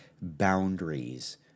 boundaries